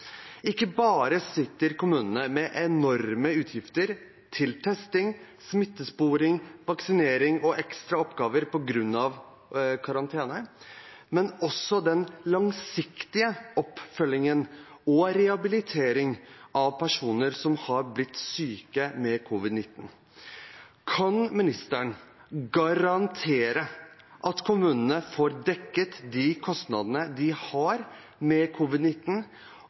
Kommunene sitter ikke bare med enorme utgifter til testing, smittesporing, vaksinering og ekstra oppgaver på grunn av karantene, men også med den langsiktige oppfølgingen og rehabiliteringen av personer som har blitt syke med covid-19. Kan ministeren garantere at kommunene får dekket de kostnadene de har med